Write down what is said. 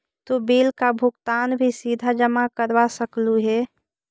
तु बिल का भुगतान भी सीधा जमा करवा सकलु हे